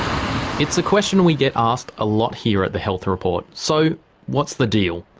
it's a question we get asked a lot here at the health report so what's the deal?